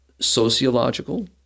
sociological